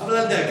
אבל אל דאגה,